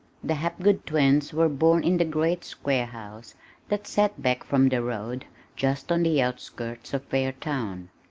the hapgood twins were born in the great square house that set back from the road just on the outskirts of fairtown.